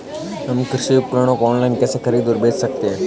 हम कृषि उपकरणों को ऑनलाइन कैसे खरीद और बेच सकते हैं?